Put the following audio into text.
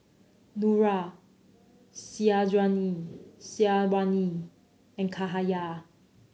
Nura Syazwani and Cahaya